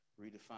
redefine